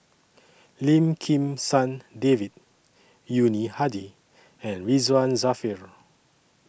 Lim Kim San David Yuni Hadi and Ridzwan Dzafir